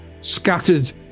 scattered